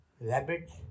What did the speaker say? rabbits